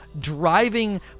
driving